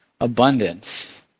abundance